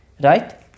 Right